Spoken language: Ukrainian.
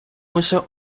лише